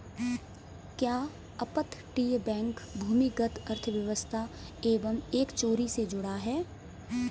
क्या अपतटीय बैंक भूमिगत अर्थव्यवस्था एवं कर चोरी से जुड़ा है?